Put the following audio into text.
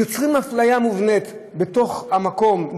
יוצרים אפליה מובנית בתוך המקום,